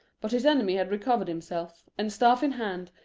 but his enemy had recovered himself, and staff in hand,